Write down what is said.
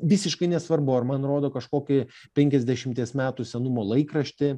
visiškai nesvarbu ar man rodo kažkokį penkiasdešimties metų senumo laikraštį